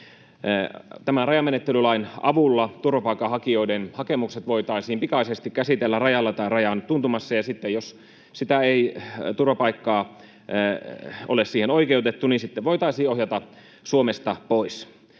rajamenettelylain avulla turvapaikanhakijoiden hakemukset voitaisiin pikaisesti käsitellä rajalla tai rajan tuntumassa, ja jos ei turvapaikkaan ole oikeutettu, niin sitten voitaisiin ohjata Suomesta pois.